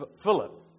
Philip